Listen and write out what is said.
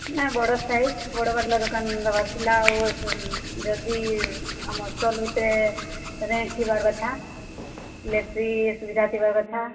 ନାଁ ବଡ଼ ସାଇଜ୍ ବଡ଼ ବାଲା ଦୋକାନରେ ଦେବାର ଥିଲା ଆଉ ଯଦି ଆମ ଷ୍ଟଲ ଭିତରେ ଇଲେକଟ୍ରି ସୁବିଧା ଥିବା କଥା